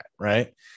Right